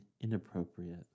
inappropriate